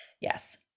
Yes